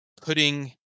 putting